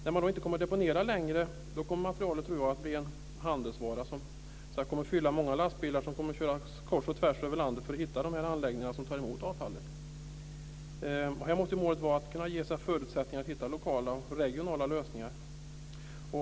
När man då inte deponerar längre tror jag att materialet kommer att bli en handelsvara som fyller många lastbilar som kör kors och tvärs över landet för att hitta de anläggningar som tar emot avfallet. Här måste målet vara att kunna ge förutsättningar att hitta lokala och regionala lösningar.